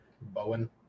Bowen